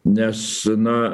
nes na